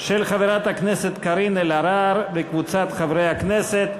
של חברת הכנסת קארין אלהרר וקבוצת חברי הכנסת.